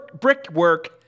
brickwork